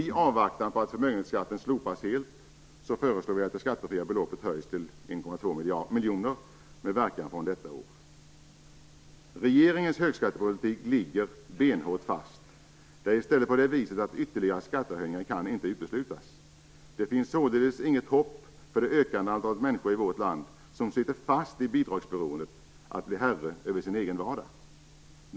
I avvaktan på att förmögenhetsskatten helt slopas föreslår vi att det skattefria beloppet höjs till Regeringens högskattepolitik ligger benhårt fast. Det är faktiskt på det viset att ytterligare skattehöjningar inte kan uteslutas. Det finns således inget hopp för det ökande antalet människor i vårt land som sitter fast i bidragsberoendet att bli herre över sin egen vardag.